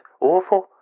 awful